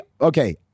okay